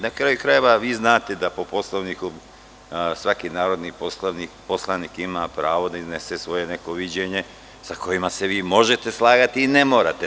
Na kraju krajeva, znate da po Poslovniku svaki narodni poslanik ima pravo da iznese svoje viđenje sa kojim se vi možete slagati i ne morate.